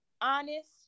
honest